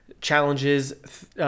challenges